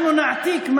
אנחנו נעתיק.